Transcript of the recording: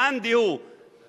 מאן דהוא,